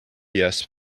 ups